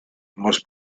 must